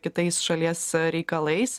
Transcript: kitais šalies reikalais